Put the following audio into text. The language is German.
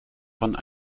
von